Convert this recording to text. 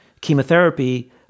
chemotherapy